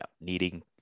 needing